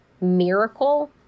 miracle